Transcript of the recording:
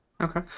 Okay